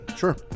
Sure